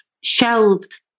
shelved